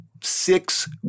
six